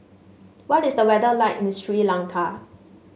what is the weather like in the Sri Lanka